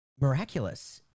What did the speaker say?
miraculous